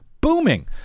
booming